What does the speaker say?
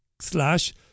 slash